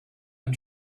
and